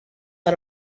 out